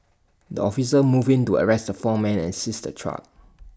the officers moved in to arrest the four men and seize the truck